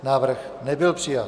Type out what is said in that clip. Návrh nebyl přijat.